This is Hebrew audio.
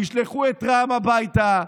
תשלחו את רע"מ הביתה.